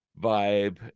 vibe